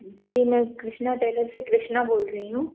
जी मैं कृष्णा टेलर से कृष्णा बोल रही हूँ